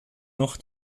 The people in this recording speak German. noch